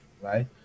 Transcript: right